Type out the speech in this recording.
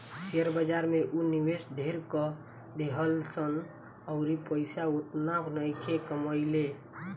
share बाजार में ऊ निवेश ढेर क देहलस अउर पइसा ओतना नइखे कमइले